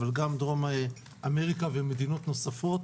אבל גם דרום אמריקה ומדינות נוספות.